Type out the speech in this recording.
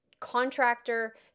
contractor